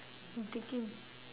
I'm thinking